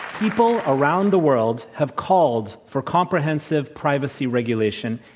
people around the world have called for comprehensive privacy regulation,